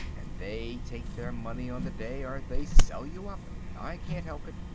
and they take their money on the day, or they sell you up. i can't help it.